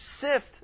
sift